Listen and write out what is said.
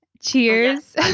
Cheers